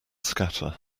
scatter